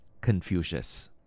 Confucius